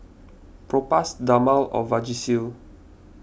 Propass Dermale and Vagisil